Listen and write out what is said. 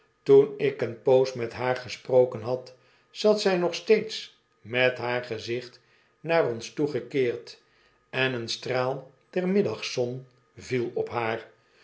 toen ik een poos met haar gesproken had zat zij nog steeds met haar gezicht naar ons toegekeerd en een straal der middagzon viel op haar